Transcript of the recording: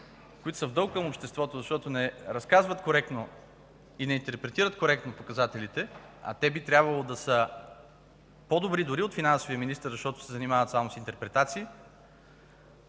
а те са в дълг към обществото, защото не разказват коректно и не интерпретират коректно показателите, а би трябвало да са по-добри дори и от финансовия министър, защото се занимават само с интерпретации,